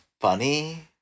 funny